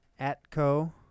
atco